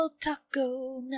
taco